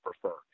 prefer